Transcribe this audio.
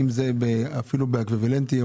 אם זה אפילו אקוויוולנטי,